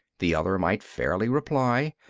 the other might fairly reply,